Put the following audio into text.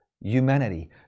humanity